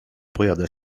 pojadę